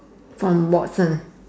from Watson